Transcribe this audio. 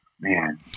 man